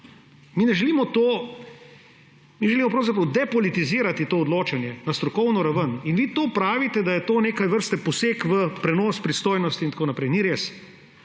in ne vlada. Mi želimo pravzaprav depolitizirati to odločanje na strokovno raven in vi pravite, da je to neke vrste poseg v prenos pristojnosti in tako naprej. Ni res.